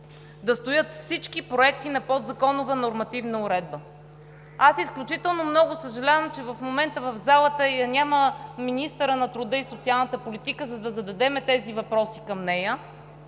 да постави всички проекти на подзаконова нормативна уредба. Аз изключително много съжалявам, че в момента в залата я няма министъра на труда и социалната политика, за да зададем тези въпроси към нея.